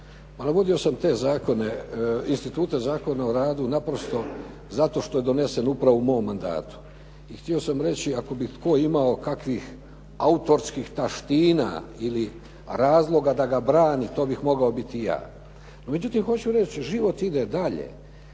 Navodio sam te zakone, instituta Zakona o radu naprosto zato što je donesen upravo u mom mandatu. I htio sam reći, ako bi tko imao kakvih autorskih taština ili razloga da ga brani, to bih mogao biti ja. No, međutim, hoću reći život ide dalje.